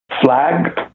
flag